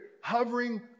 hovering